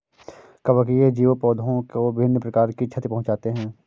कवकीय जीव पौधों को विभिन्न प्रकार की क्षति पहुँचाते हैं